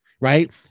Right